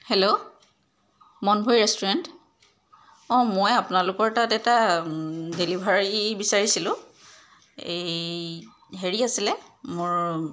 hello Monbhori restaurant অঁ মই আপোনালোকৰ তাত এটা ডেলিভাৰি বিচাৰিছিলো এই হেৰি আছিলে মোৰ